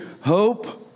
hope